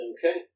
Okay